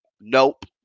Nope